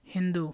hindu